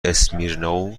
اسمیرنوو